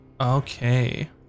Okay